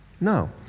No